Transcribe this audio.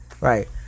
right